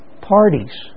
parties